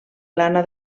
plana